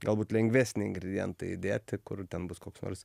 galbūt lengvesnį ingredientą įdėti kur ten bus koks nors